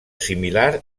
similar